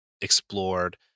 explored